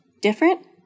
different